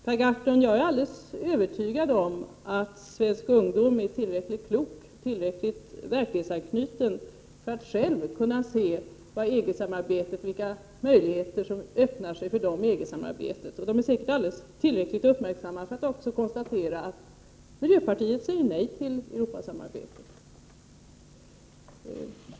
Jag är helt övertygad om, Per Gahrton, att svenska ungdomar är tillräckligt kloka och tillräckligt verklighetsanknutna för att själva kunna se vad EG-samarbetet innebär och vilka möjligheter som därmed öppnar sig för dem. De är säkert också tillräckligt uppmärksamma för att kunna konstatera att miljöpartiet säger nej till Europasamarbete.